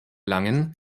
langen